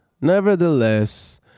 nevertheless